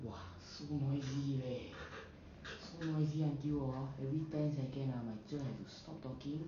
!wah! so noisy leh so noisy hor every ten seconds hor my cher have to stop talking